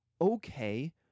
okay